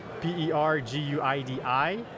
P-E-R-G-U-I-D-I